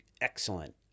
excellent